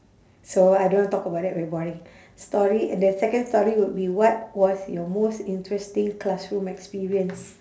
so I don't want to talk about that very boring story and the second story would be what was your most interesting classroom experience